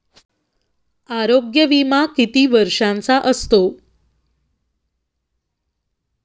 आरोग्य विमा किती वर्षांचा असतो?